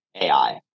AI